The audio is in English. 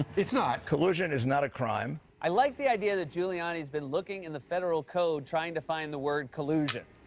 it's not. collusion is not a crime. i like the idea that giuliani's been looking in the federal code trying to find the word collusion.